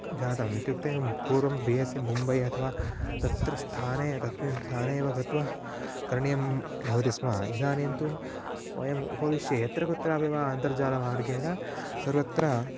जातं इत्युक्ते पूर्वं बिस्इ मुम्बै अथवा तत्र स्थाने तस्मिन् स्थाने एव गत्वा करणीयं भवति स्म इदानीं तु वयं उपविश्य यत्र कुत्रापि वा अन्तर्जालमार्गेण सर्वत्र